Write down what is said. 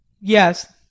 Yes